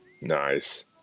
Nice